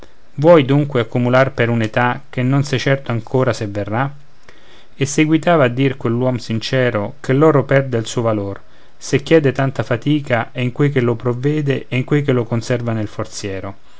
vuoi dunque accumular per un'età che non sei certo ancora se verrà e seguitava a dir quell'uom sincero che l'oro perde il suo valor se chiede tanta fatica e in quei che lo provvede e in quei che lo conserva nel forziero